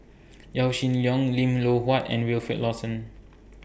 Yaw Shin Leong Lim Loh Huat and Wilfed Lawson